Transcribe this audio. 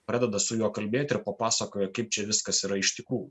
pradeda su juo kalbėti ir papasakoja kaip čia viskas yra iš tikrų